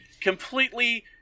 completely